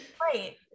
Right